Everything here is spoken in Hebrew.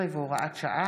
13 והוראת שעה)